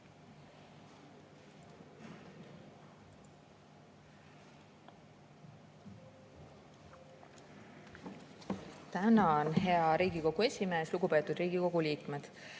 Tänan, hea Riigikogu esimees! Lugupeetud Riigikogu liikmed!